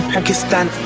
Pakistan